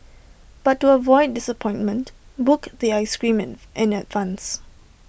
but to avoid disappointment book the Ice Cream in in advance